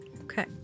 Okay